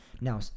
Now